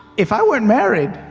if i weren't married.